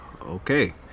Okay